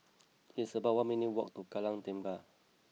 it's about one minutes walk to Kallang Tengah